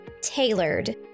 tailored